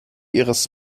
ihres